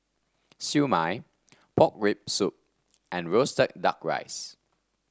Siew Mai Pork Rib Soup and roasted duck rice